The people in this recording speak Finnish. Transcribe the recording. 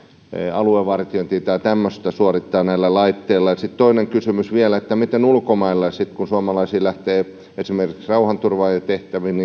aluevartiointia tai tämmöistä voitaisiin suorittaa näillä laitteilla sitten toinen kysymys vielä onko ulkomailla sitten kun suomalaisia lähtee esimerkiksi rauhanturvaajatehtäviin